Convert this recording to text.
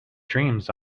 dreams